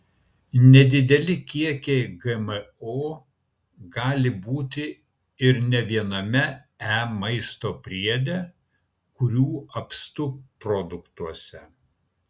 nedideli kiekiai gmo gali būti ir ne viename e maisto priede kurių apstu produktuose